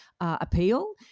appeal